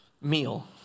meal